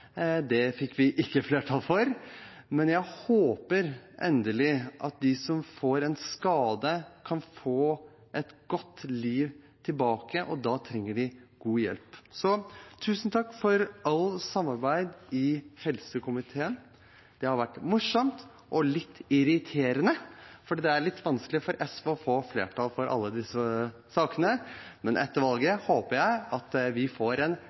Det fikk vi ikke flertall for. Men jeg håper inderlig at de som får en skade, kan få tilbake et godt liv, og da trenger vi god hjelp. Tusen takk for alt samarbeid i helsekomiteen. Det har vært morsomt, og litt irriterende, for det er litt vanskelig for SV å få flertall for alle disse sakene, men etter valget håper jeg at vi får en